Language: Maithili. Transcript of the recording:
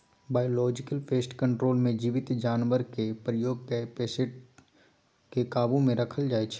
बायोलॉजिकल पेस्ट कंट्रोल मे जीबित जानबरकेँ प्रयोग कए पेस्ट केँ काबु मे राखल जाइ छै